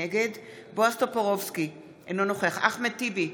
בועז טופורובסקי, אינו נוכח אחמד טיבי,